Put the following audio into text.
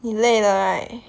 你累了 right